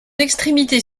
extrémité